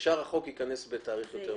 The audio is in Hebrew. ושאר החוק ייכנס בתאריך יותר מאוחר.